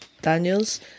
Daniel's